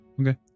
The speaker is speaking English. Okay